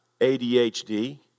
ADHD